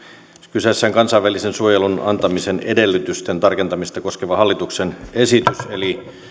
kyseessä on kansainvälisen suojelun antamisen edellytysten tarkentamista koskeva hallituksen esitys eli